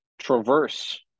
traverse